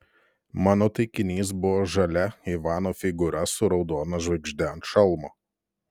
mano taikinys buvo žalia ivano figūra su raudona žvaigžde ant šalmo